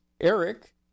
Eric